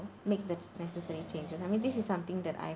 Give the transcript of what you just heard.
make the necessary changes I mean this is something that I